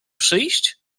przyjść